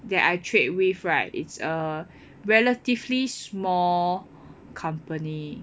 that I trade with right it's a relatively small company